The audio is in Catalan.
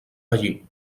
allí